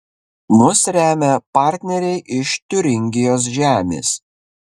mus remia partneriai iš tiuringijos žemės